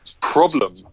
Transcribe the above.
problem